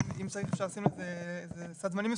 אם צריך אפשר לשים לזה סד זמנים מסוים,